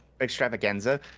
Extravaganza